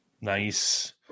Nice